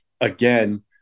again